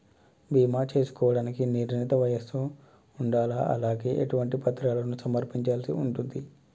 బీమా చేసుకోవడానికి నిర్ణీత వయస్సు ఉండాలా? అలాగే ఎటువంటి పత్రాలను సమర్పించాల్సి ఉంటది?